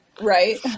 Right